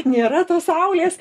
nėra tos saulės